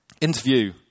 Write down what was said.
interview